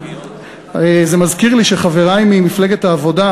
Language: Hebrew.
זה מזכיר לי שחברי ממפלגת העבודה,